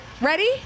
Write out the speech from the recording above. Ready